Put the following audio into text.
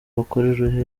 bakorera